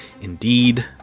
indeed